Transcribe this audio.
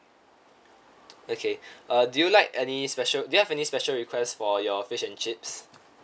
okay uh do you like any special do you have any special request for your fish and chips